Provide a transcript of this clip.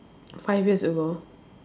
five years ago